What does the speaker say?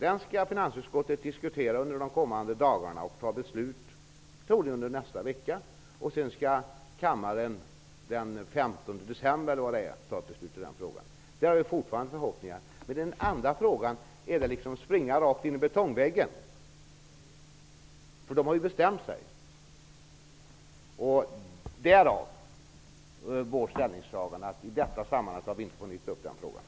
Den skall finansutskottet diskutera under de kommande dagarna och troligen fatta beslut om nästa vecka. Sedan skall kammaren besluta den 15 december. Där har vi fortfarande förhoppningar. När det gäller den andra frågan är det som att springa rakt in i betongväggen, för de borgerliga har bestämt sig. Därav vårt ställningstagande att inte i detta sammanhang på nytt ta upp den frågan.